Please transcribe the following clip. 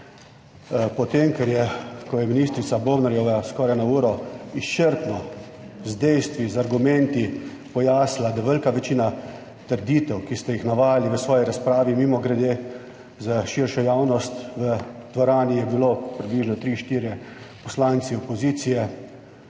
potem, ker je, ko je ministrica Bobnarjeva skoraj na uro izčrpno z dejstvi, z argumenti pojasnila, da velika večina trditev, ki ste jih navajali v svoji razpravi, mimogrede, za širšo javnost, v dvorani je bilo približno 3, 4 poslanci opozicije,